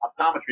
optometry